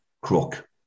crook